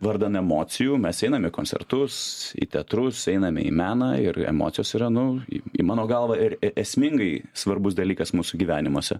vardan emocijų mes einam koncertus į teatrus einame į meną ir emocijos yra nu į mano galvą ir esmingai svarbus dalykas mūsų gyvenimuose